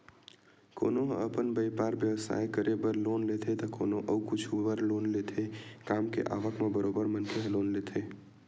कोनो ह अपन बइपार बेवसाय करे बर लोन लेथे त कोनो अउ कुछु बर लोन लेथे काम के आवक म बरोबर मनखे ह लोन लेथे